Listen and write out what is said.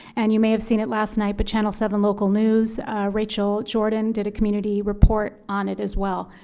and you may have seen it last night, but channel seven local news rachel jordan did a community report on it as well.